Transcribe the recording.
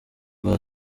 bwa